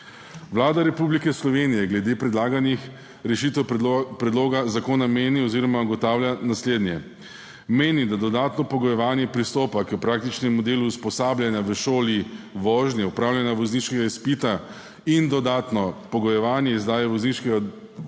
Vlada Republike Slovenije glede predlaganih rešitev predloga zakona meni oziroma ugotavlja naslednje. Meni, da dodatno pogojevanje pristopa k praktičnemu delu usposabljanja v šoli vožnje, opravljanja vozniškega izpita in dodatno pogojevanje izdaje vozniškega